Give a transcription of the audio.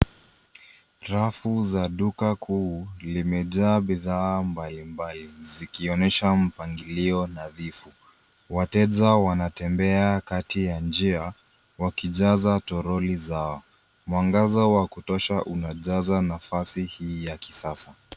Rafu za duka kuu limejaa bidhaa mbalimbali zikionyesha mpangilio nadhifu. Wateja wanatembea kati ya njia wakijaza toroli zao. Mwangaza wa kutosha unajaza nafasi hii ya kisasa.